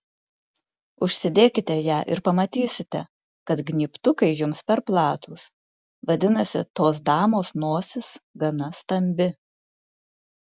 užsidėkite ją ir pamatysite kad gnybtukai jums per platūs vadinasi tos damos nosis gana stambi